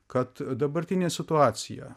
kad dabartinė situacija